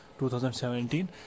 2017